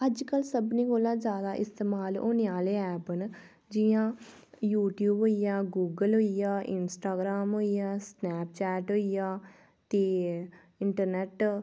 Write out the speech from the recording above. अजकल सभनें कोला जादा इस्तेमाल होने आह्ले ऐप्प न जि'यां यूट्यूब होई आ गूगल होई आ इंस्टाग्राम होई आ स्नैपचैट होई आ तेऽ इंटरनेट